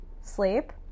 Sleep